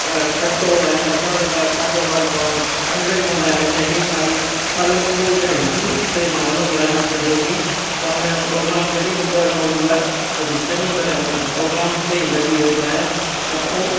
खट्टो ऐं मसालेदार खादो वादो मां खाईंदो ई कोन्ह आहियां उन ॾींहुुं ख़ाली फल फ़्रूट ऐं जूस ते मां हलंदो आहियां सॼो ॾींहुुं शाम जो प्रोग्राम जॾहिं बि करिणो हूंदो आहे तॾी चङी तरह हुन प्रोग्राम में ई लॻी वेंदो आहियां ऐं पोइ